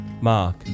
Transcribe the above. mark